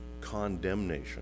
condemnation